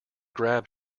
grab